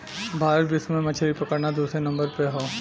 भारत विश्व में मछरी पकड़ना दूसरे नंबर पे हौ